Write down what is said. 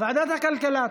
ועדת הכלכלה.